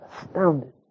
astounded